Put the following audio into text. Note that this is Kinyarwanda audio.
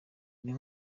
indi